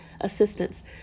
assistance